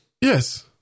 Yes